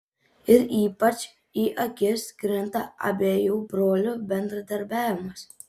ir ypač į akis krinta abiejų brolių bendradarbiavimas